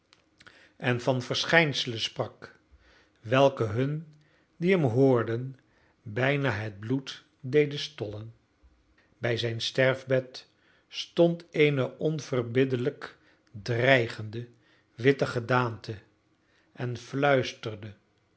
en van verschijnselen sprak welke hun die hem hoorden bijna het bloed deden stollen bij zijn sterfbed stond eene onverbiddelijk dreigende witte gedaante en fluisterde